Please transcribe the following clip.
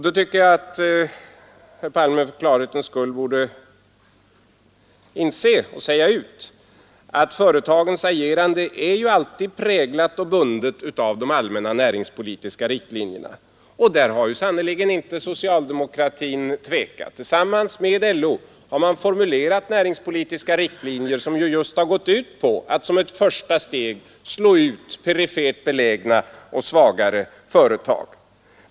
Då tycker jag att herr Palme för klarhetens skull borde säga ut att företagens agerande ju alltid är präglat och bundet av de allmänna näringspolitiska riktlinjerna. Och där har socialdemokratin sannerligen inte tvekat. Tillsammans med LO har man formulerat näringspolitiska riktlinjer, som just har gått ut på att som ett första steg slå ut perifert belägna och svagare företag.